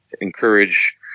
encourage